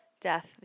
death